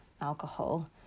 alcohol